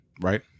right